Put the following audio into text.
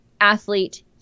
athlete